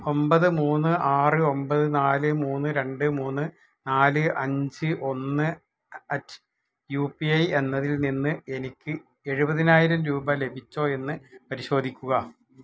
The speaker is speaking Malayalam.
ഒമ്പത് മൂന്ന് ആറ് ഒമ്പത് നാല് മൂന്ന് രണ്ട് മൂന്ന് നാല് അഞ്ച് ഒന്ന് അറ്റ് യു പി ഐ എന്നതിൽ നിന്ന് എനിക്ക് എഴുപതിനായിരം രൂപ ലഭിച്ചോ എന്ന് പരിശോധിക്കുക